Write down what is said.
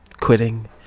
Quitting